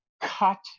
cut